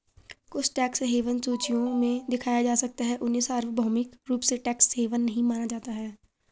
कुछ tax haven सूचियों में दिखाया जा सकता है, उन्हें सार्वभौमिक रूप से टैक्स हेवन नहीं माना जाता है